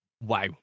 Wow